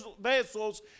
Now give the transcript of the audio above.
vessels